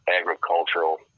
agricultural